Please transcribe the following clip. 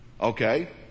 Okay